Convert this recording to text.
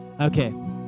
Okay